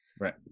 Right